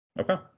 Okay